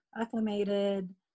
acclimated